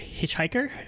Hitchhiker